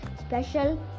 special